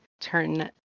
turn